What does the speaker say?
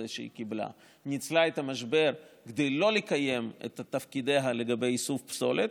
שהיא קיבלה ניצלה את המשבר כדי לא לקיים את תפקידיה לגבי איסוף פסולת,